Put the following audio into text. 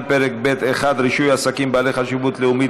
פרק ב'1 (רישוי עסקים בעלי חשיבות לאומית),